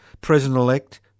President-elect